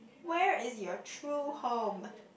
where is your true home